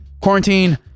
Quarantine